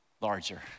larger